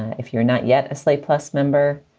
if you're not yet a slate plus member,